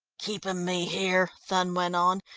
keeping me here, thun went on,